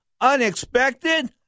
Unexpected